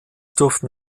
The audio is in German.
durften